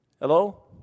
Hello